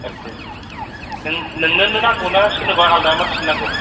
आरखि नों नोंनोनो नांगौना सोरनोबा आलदा मानसिनो नांगौ